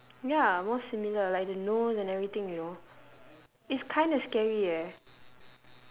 ya more similar like the nose and everything you know it's kind of scary eh